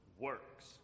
works